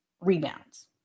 rebounds